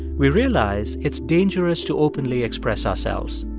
we realize it's dangerous to openly express ourselves.